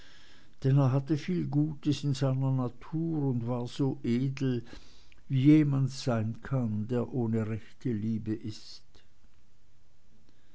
denn er hatte viel gutes in seiner natur und war so edel wie jemand sein kann der ohne rechte liebe ist